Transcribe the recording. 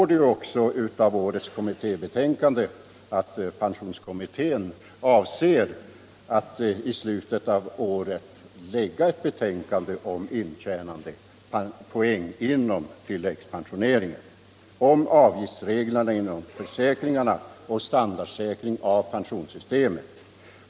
Av årets kommittéberättelse framgår att pensionskommittén avser att i slutet av året avge ett betänkande om intjänande av pensionspoäng inom tilläggspensioneringen, om avgiftsreglerna inom socialförsäkringarna och om standardsäkring av pensionssystemet.